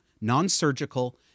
non-surgical